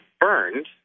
burned